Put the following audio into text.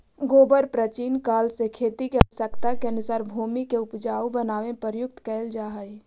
गोबर प्राचीन काल से खेती के आवश्यकता के अनुसार भूमि के ऊपजाऊ बनावे में प्रयुक्त कैल जा हई